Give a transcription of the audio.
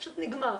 פשוט נגמר.